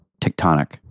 tectonic